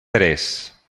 tres